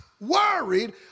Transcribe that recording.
worried